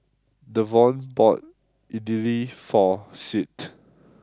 Davon bought Idili for Sid